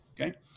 okay